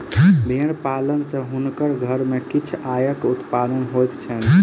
भेड़ पालन सॅ हुनकर घर में किछ आयक उत्पादन होइत छैन